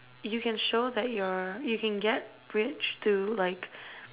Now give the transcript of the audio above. you can show that you're you can get rich through like